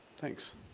Thanks